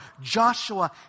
Joshua